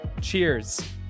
Cheers